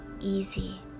easy